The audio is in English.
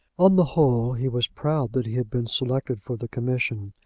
on the whole, he was proud that he had been selected for the commission,